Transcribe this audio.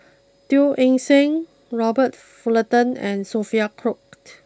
Teo Eng Seng Robert Fullerton and Sophia